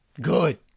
good